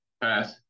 pass